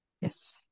Yes